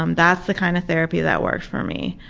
um that's the kind of therapy that worked for me,